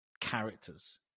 characters